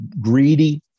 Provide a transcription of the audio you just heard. greedy